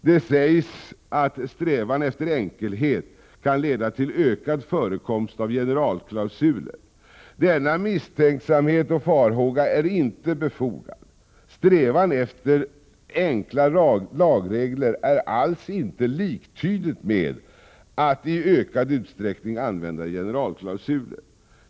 Det sägs att strävan efter enkelhet kan leda till ökad förekomst av generalklausuler. Denna farhåga är inte befogad. En strävan efter enkla lagregler är alls inte liktydig med att i ökad utsträckning använda generalklausuler.